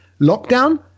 lockdown